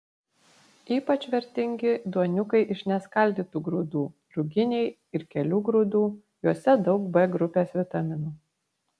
ypač vertingi duoniukai iš neskaldytų grūdų ruginiai ir kelių grūdų juose daug b grupės vitaminų